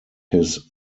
his